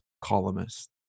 columnist